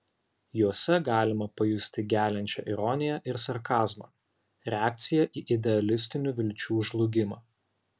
juose galima pajusti geliančią ironiją ir sarkazmą reakciją į idealistinių vilčių žlugimą